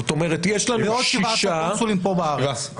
ועוד 17 קונסולים פה בארץ.